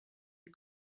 you